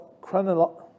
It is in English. chronology